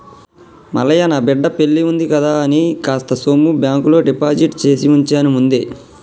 మల్లయ్య నా బిడ్డ పెల్లివుంది కదా అని కాస్త సొమ్ము బాంకులో డిపాజిట్ చేసివుంచాను ముందే